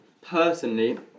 personally